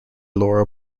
laura